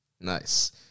Nice